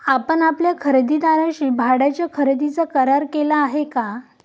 आपण आपल्या खरेदीदाराशी भाड्याच्या खरेदीचा करार केला आहे का?